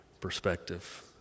perspective